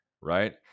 Right